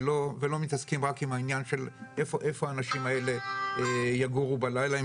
ולא מתעסקים רק עם העניין של איפה האנשים האלה יגורו בלילה,